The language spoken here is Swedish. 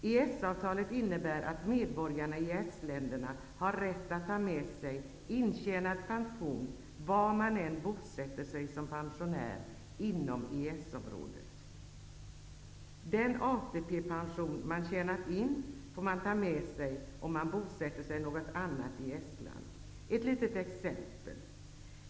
EES-avtalet innebär att medborgarna i EES-länderna har rätt att ta med sig intjänad pension, var man än bosätter sig som pensionär inom EES-området. Den ATP man tjänat in får man ta med sig om man bosätter sig i något annat EES-land. Jag skall ta ett litet exempel.